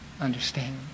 understand